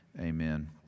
Amen